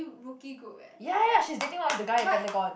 rookie group eh but